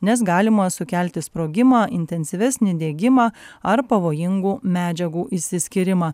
nes galima sukelti sprogimą intensyvesnį degimą ar pavojingų medžiagų išsiskyrimą